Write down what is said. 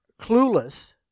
clueless